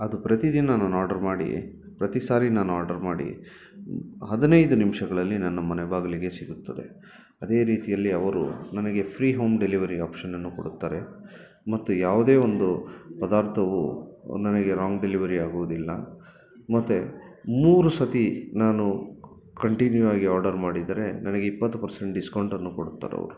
ಅದು ಪ್ರತಿ ದಿನವೂ ನಾನು ಆರ್ಡರ್ ಮಾಡಿ ಪ್ರತಿ ಸಾರಿ ನಾನು ಆರ್ಡರ್ ಮಾಡಿ ಹದಿನೈದು ನಿಮಿಷಗಳಲ್ಲಿ ನನ್ನ ಮನೆ ಬಾಗಿಲಿಗೆ ಸಿಗುತ್ತದೆ ಅದೇ ರೀತಿಯಲ್ಲಿ ಅವರು ನನಗೆ ಫ್ರೀ ಹೋಮ್ ಡೆಲಿವರಿ ಆಪ್ಷನನ್ನು ಕೊಡುತ್ತಾರೆ ಮತ್ತೆ ಯಾವುದೇ ಒಂದು ಪದಾರ್ಥವು ನನಗೆ ರಾಂಗ್ ಡೆಲಿವರಿ ಆಗುವುದಿಲ್ಲ ಮತ್ತೆ ಮೂರು ಸರ್ತಿ ನಾನು ಕಂಟಿನ್ಯೂ ಆಗಿ ಆರ್ಡರ್ ಮಾಡಿದರೆ ನನಗೆ ಇಪ್ಪತ್ತು ಪರ್ಸೆಂಟ್ ಡಿಸ್ಕೌಂಟನ್ನುಕೊಡುತ್ತಾರೆ ಅವರು